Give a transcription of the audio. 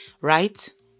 right